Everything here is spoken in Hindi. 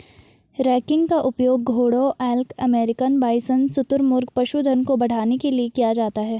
रैंकिंग का उपयोग घोड़ों एल्क अमेरिकन बाइसन शुतुरमुर्ग पशुधन को बढ़ाने के लिए किया जाता है